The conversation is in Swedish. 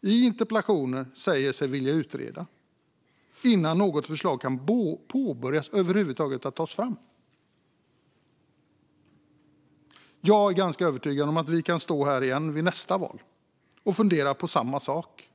i interpellationssvar säger sig vilja utreda ta sex år till dags dato innan något förslag över huvud taget kan börja tas fram? Jag är ganska övertygad om att vi kan komma att stå här igen vid nästa val och fundera på samma sak.